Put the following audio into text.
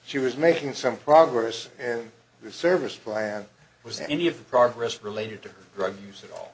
she was making some progress and the service plan was any of progress related to drug use at all